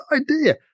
idea